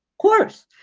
course.